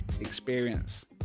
experience